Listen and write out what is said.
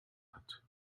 hat